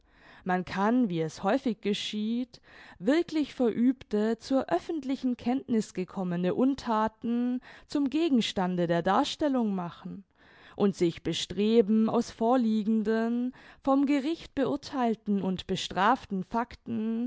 man kann wie es häufig geschieht wirklich verübte zur öffentlichen kenntniß gekommene unthaten zum gegenstande der darstellung machen und sich bestreben aus vorliegenden vom gericht beurtheilten und bestraften facten